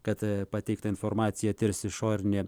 kad pateiktą informaciją tirs išorinė